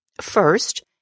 First